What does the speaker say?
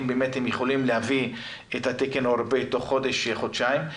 אם באמת הם יכולים להביא את התקן האירופאי תוך חודש או חודשיים.